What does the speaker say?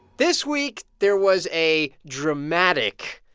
this week, there was a dramatic.